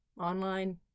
Online